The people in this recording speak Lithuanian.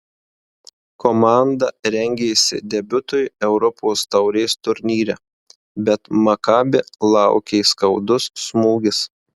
komanda rengėsi debiutui europos taurės turnyre bet makabi laukė skaudus smūgis